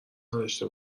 نداشته